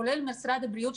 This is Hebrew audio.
כולל משרד הבריאות.